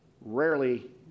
Rarely